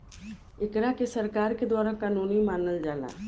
एकरा के सरकार के द्वारा कानूनी मानल जाला